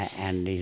and he's,